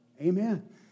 Amen